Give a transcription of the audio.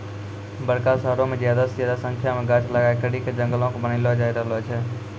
बड़का शहरो मे ज्यादा से ज्यादा संख्या मे गाछ लगाय करि के जंगलो के बनैलो जाय रहलो छै